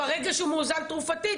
ברגע שהוא מאוזן תרופתית,